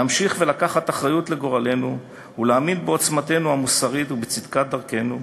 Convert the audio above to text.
להמשיך ולקחת אחריות לגורלנו ולהאמין בעוצמתנו המוסרית ובצדקת דרכנו,